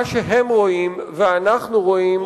מה שהם רואים ואנחנו רואים,